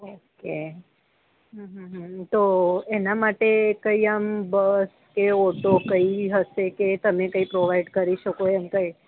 okay તો એના માટે કંઈ આમ બસ કે ઓટો કંઈ હશે કે તમે કંઈક પ્રોવાઇડ કરી શકો એમ કંઈ